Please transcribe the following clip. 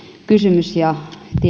kysymys ja